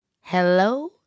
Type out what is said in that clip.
hello